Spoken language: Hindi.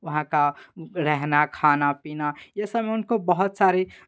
वहाँ का रहना खाना पीना ये सब में उनको बहुत सारी